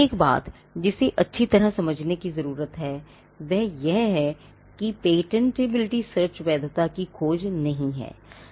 एक बात जिसे अच्छी तरह से समझने की जरूरत है वह यह है कि पेटेंटबिलिटी सर्च वैधता की खोज नहीं है